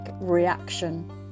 reaction